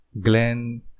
Glenn